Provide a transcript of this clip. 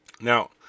Now